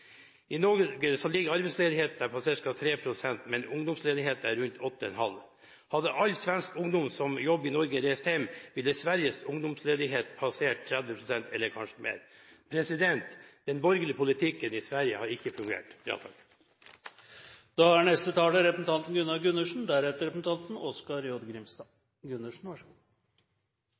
til Norge for å ta seg jobb. I Norge ligger arbeidsledigheten på ca. 3 pst., men ungdomsledigheten er rundt 8,5 pst. Hadde all svensk ungdom som jobber i Norge reist hjem, ville Sveriges ungdomsledighet passert 30 pst. eller kanskje mer. Den borgerlige politikken i Sverige har ikke fungert. Det virker som det er